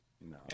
No